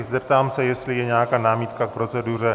Zeptám se, jestli je nějaká námitka k proceduře.